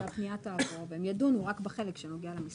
או שהפנייה תעבור והם ידונו רק בחלק שנוגע למשרד.